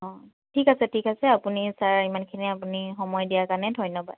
অঁ ঠিক আছে ঠিক আছে আপুনি ছাৰ ইমানখিনি আপুনি সময় দিয়াৰ কাৰণে ধন্যবাদ